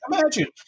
Imagine